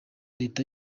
leta